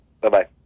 Bye-bye